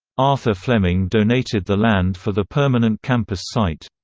arthur fleming donated the land for the permanent campus site.